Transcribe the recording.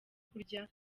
kurya